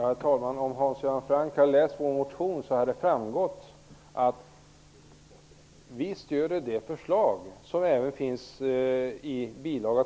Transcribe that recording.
Herr talman! Om Hans Göran Franck hade läst vår motion hade han sett att vi stöder det förslag som även finns i bil.